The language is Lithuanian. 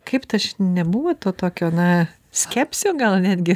kaip taš nebuvo to tokio na skepsio gal netgi